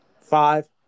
Five